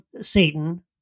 Satan